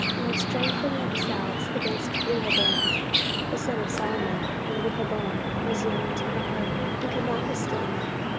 and have strengthened themselves against rehoboam the son of solomon, when rehoboam was young and tenderhearted, and could not withstand them.